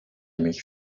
mich